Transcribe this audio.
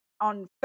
on